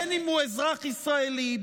בין שהוא אזרח ישראלי,